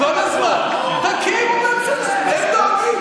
כל הזמן "תקימו ממשלה".